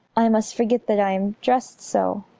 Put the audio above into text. i must forget that i am dressed so.